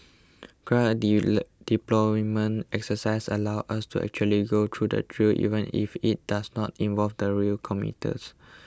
ground deployment exercises allow us to actually go through the drill even if it does not involve the rail commuters